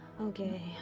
Okay